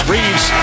Reeves